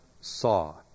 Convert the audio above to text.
saw